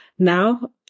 now